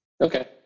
Okay